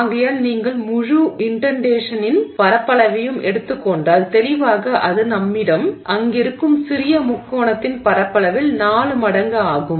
ஆகையால் நீங்கள் முழு உள்தள்ளலின் பரப்பளவையும் எடுத்துக் கொண்டால் தெளிவாக அது நம்மிடம் அங்கிருக்கும் சிறிய முக்கோணத்தின் பரப்பளவில் 4 மடங்கு ஆகும்